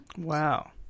Wow